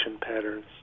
patterns